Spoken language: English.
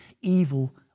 evil